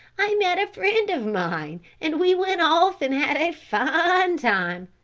i met a friend of mine and we went off and had a fine time.